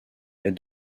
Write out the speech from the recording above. est